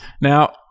Now